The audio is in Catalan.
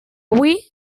avui